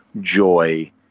joy